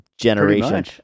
generation